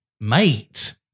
Mate